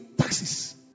taxes